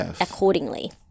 accordingly